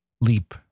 Leap